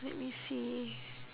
let me see